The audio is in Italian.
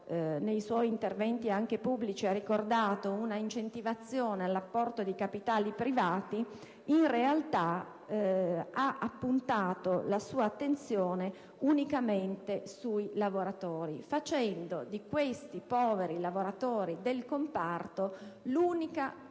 nei suoi interventi anche pubblici ha ricordato, una incentivazione all'apporto di capitali privati, in realtà ha appuntato la sua attenzione unicamente sui lavoratori, indicando i poveri lavoratori del comparto come